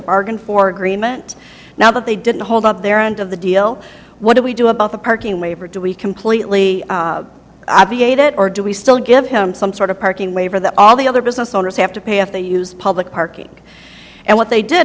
bargain for agreement now that they didn't hold up their end of the deal what do we do about the parking waiver do we completely obviate it or do we still give him some sort of parking waiver that all the other business owners have to pay if they use public parking and what they did